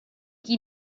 qui